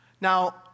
Now